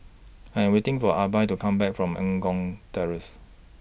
I Am waiting For Arba to Come Back from Eng Kong Terrace